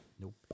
Nope